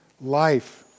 life